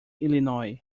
illinois